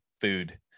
food